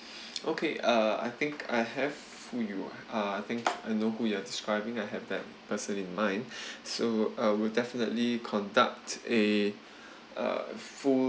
okay uh I think I have you uh I think I know who you are describing I have that person in mind so uh we'll definitely conduct a uh full